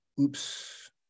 Oops